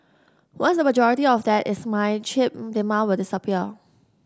once the majority of that is mined chip demand will disappear